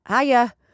Hiya